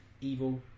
evil